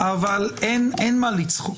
אבל אין מה לצחוק,